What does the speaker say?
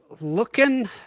looking